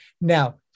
Now